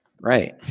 Right